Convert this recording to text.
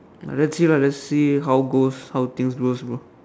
ah let's see lah let's see how goes how things goes bro